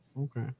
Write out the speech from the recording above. Okay